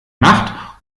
macht